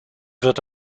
wird